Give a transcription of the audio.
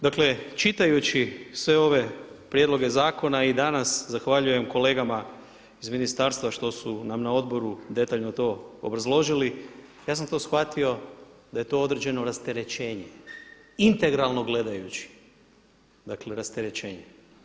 Dakle, čitajući sve ove prijedloge zakona i danas zahvaljujem kolegama iz ministarstva što su nam na odboru detaljno to obrazložili, ja sam to shvatio da je to određeno rasterećenje integralno gledajući, dakle rasterećenje.